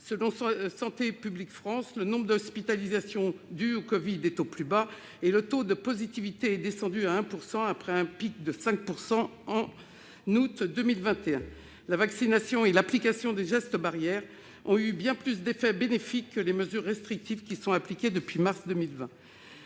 Selon Santé publique France, le nombre d'hospitalisations dues au covid est au plus bas et le taux de positivité est descendu à 1 %, après un pic à 5 % au mois d'août 2021. La vaccination et l'application des gestes barrières ont eu bien plus d'effets bénéfiques que les mesures restrictives appliquées depuis le mois